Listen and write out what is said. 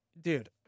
dude